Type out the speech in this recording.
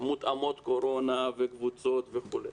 מותאמות קורונה וקבוצות וכו',